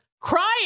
crying